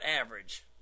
average